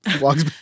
walks